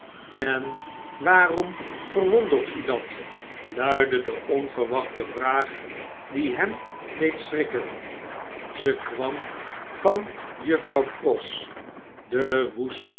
en waarom verwondert u dat luidde de onverwachte vraag die hem deed schrikken ze kwam van juffrouw pross de woeste